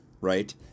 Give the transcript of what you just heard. right